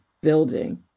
building